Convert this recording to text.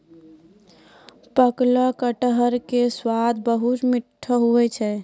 पकलो कटहर के स्वाद बहुत मीठो हुवै छै